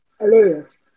Hilarious